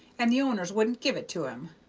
and the owners wouldn't give it to him,